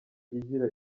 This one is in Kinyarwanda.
igira